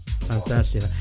Fantastic